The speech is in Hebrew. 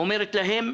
אומרת להם,